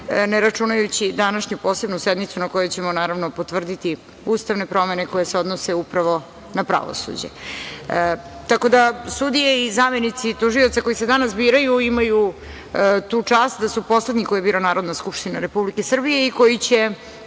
ne računajući današnju posebnu sednicu na kojoj ćemo potvrditi ustavne promene koje se odnose upravo na pravosuđe, tako da sudije i zamenici tužioca koji se danas biraju imaju tu čast da su poslednji koje bira Narodna skupština Republike Srbije i koji će